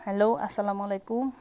hello اَسلامُ علیکُم